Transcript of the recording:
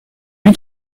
lui